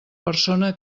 persona